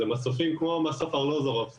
אלה מסופים כמו מסוף ארלוזורוב,